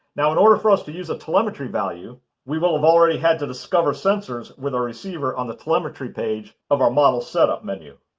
now, in order for us to use a telemetry value we will have already had to discover sensors with our receiver on the telemetry page of our model setup menu.